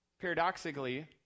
Paradoxically